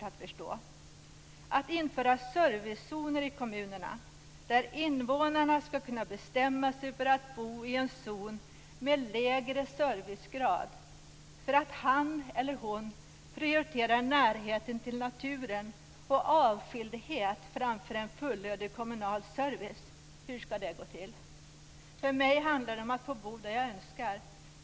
Att införa servicezoner i kommunerna, där invånaren ska kunna bestämma sig för att bo i en zon med lägre servicegrad för att han eller hon prioriterar närheten till naturen och avskildhet framför en fullödig kommunal service - hur ska det gå till? För mig handlar det om att få bo där jag önskar.